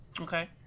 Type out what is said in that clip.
Okay